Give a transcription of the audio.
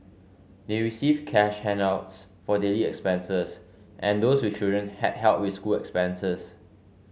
they received cash handouts for daily expenses and those with children had help with school expenses